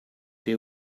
they